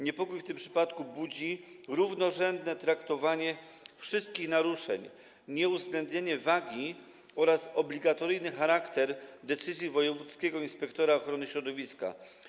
Niepokój w tym przypadku budzi równorzędne traktowanie wszystkich naruszeń, nieuwzględnienie wagi oraz obligatoryjny charakter decyzji wojewódzkiego inspektora ochrony środowiska.